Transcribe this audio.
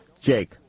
Jake